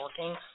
working